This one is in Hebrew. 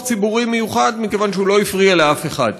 ציבורי מיוחד מכיוון שהוא לא הפריע לאף אחד.